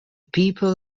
people